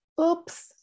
Oops